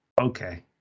Okay